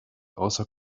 außer